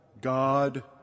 God